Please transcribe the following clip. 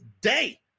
day